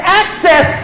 access